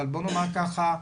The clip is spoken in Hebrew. אבל בוא נאמר ככה,